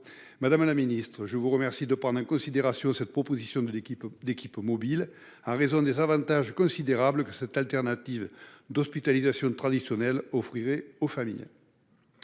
madame la ministre, de prendre en considération cette proposition d'équipe mobile, en raison des avantages considérables que cette alternative à l'hospitalisation traditionnelle offrirait aux familles.